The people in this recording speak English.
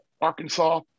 Arkansas